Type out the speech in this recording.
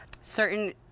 certain